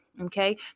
okay